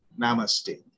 Namaste